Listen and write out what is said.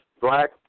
black